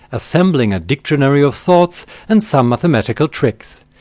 assembling a dictionary of thoughts and some mathematical tricks.